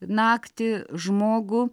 naktį žmogų